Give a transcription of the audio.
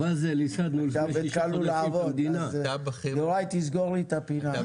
עכשיו התחלנו לעבוד, יוראי תסגור לי את הפינה.